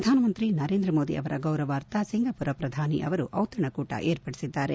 ಪ್ರಧಾನಮಂತ್ರಿ ನರೇಂದ್ರ ಮೋದಿ ಅವರ ಗೌರವಾರ್ಥ ಸಿಂಗಾಪುರ ಪ್ರಧಾನಿ ಅವರು ಔತಣಕೂಟವನ್ನು ಏರ್ಪಡಿಸಿದ್ದಾರೆ